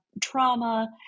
trauma